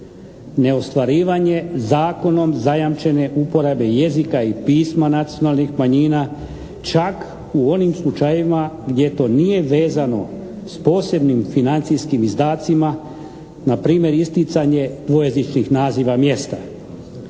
Neostvarivanje zakonom zajamčene uporabe jezika i pisma nacionalnih manjina, čak i onim slučajevima gdje to nije vezano s posebnim financijskim izdacima, npr. isticanje dvojezičnih naziva mjesta.